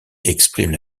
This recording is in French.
exprime